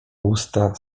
usta